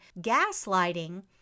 gaslighting